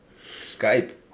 Skype